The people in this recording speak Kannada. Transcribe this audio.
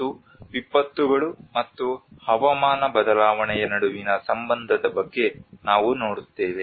ಮತ್ತು ವಿಪತ್ತುಗಳು ಮತ್ತು ಹವಾಮಾನ ಬದಲಾವಣೆಯ ನಡುವಿನ ಸಂಬಂಧದ ಬಗ್ಗೆ ನಾವು ನೋಡುತ್ತೇವೆ